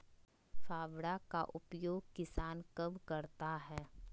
फावड़ा का उपयोग किसान कब करता है?